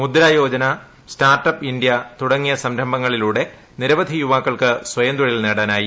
Mudra Yojana startup India തുടങ്ങിയ സംരംഭങ്ങളിലൂടെ നിരവധി യുവാക്കൾക്ക് സ്വയം തൊഴിൽ നേടാനായി